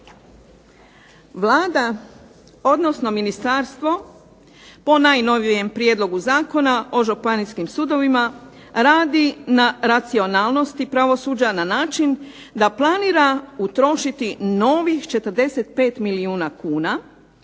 Vlada odnosno ministarstvo po najnovijem prijedlogu zakona o županijskim sudovima radi na racionalnosti pravosuđa na način da planira utrošiti 45 milijuna kuna,